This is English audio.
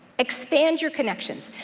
expand your connections.